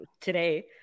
today